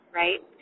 right